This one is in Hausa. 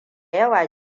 yawa